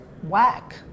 whack